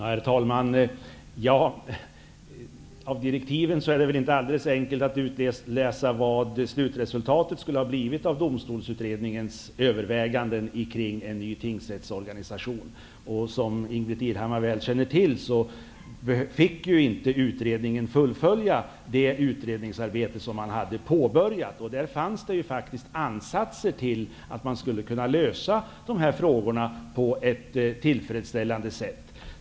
Herr talman! Det är inte alldeles enkelt att utläsa i direktiven vad slutresultatet av Domstolsutredningens överväganden om en ny tingsrättsorganisation skulle ha varit. Som Ingbritt Irhammar väl känner till fick inte utredningen fullfölja det utredningsarbete som hade påbörjats. Där fanns ansatser till att lösa problemet på ett tillfredsställande sätt.